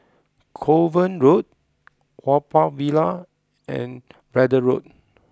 Kovan Road Haw Par Villa and Braddell Road